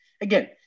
Again